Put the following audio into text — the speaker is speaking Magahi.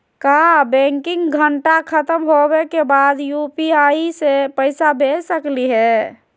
का बैंकिंग घंटा खत्म होवे के बाद भी यू.पी.आई से पैसा भेज सकली हे?